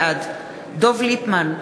בעד דב ליפמן,